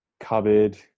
Cupboard